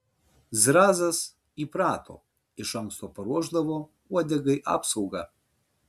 zrazas įprato iš anksto paruošdavo uodegai apsaugą